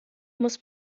muss